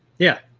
yeah.